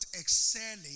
excelling